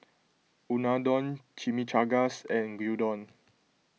Unadon Chimichangas and Gyudon